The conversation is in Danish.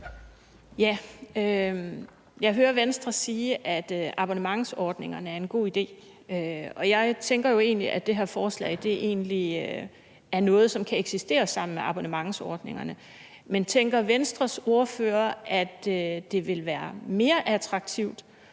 Jeg hører Venstre sige, at abonnementsordningerne er en god idé, og jeg tænker jo egentlig, at det her forslag egentlig er noget, som kan eksistere sammen med abonnementsordningerne. Men tænker Venstres ordfører, at det vil være mere attraktivt